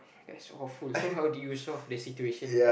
that's awful so how did you solve the situation